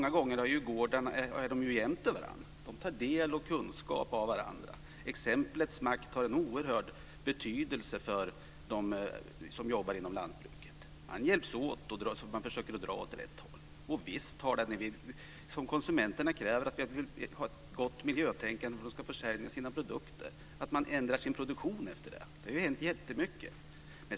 Deras gårdar ligger många gånger jämte varandra, och de tar kunskap av varandra. Exemplets makt har en oerhörd betydelse för dem som jobbar inom lantbruket. Man hjälps åt och försöker dra åt rätt håll. Om konsumenterna kräver ett gott miljötänkande är det klart att man ändrar sin produktion för att få sälja sina produkter. Det har ju hänt jättemycket.